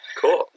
Cool